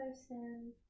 person